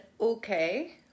okay